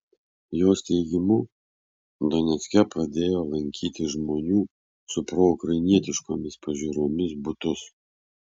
jos teigimu donecke pradėjo lankyti žmonių su proukrainietiškomis pažiūromis butus